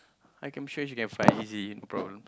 I can be sure she can find easy no problem